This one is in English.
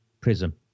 prism